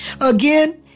Again